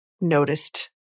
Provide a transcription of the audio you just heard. noticed